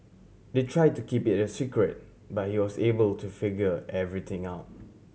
they try to keep it a secret but he was able to figure everything out